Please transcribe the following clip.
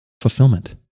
Fulfillment